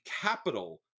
capital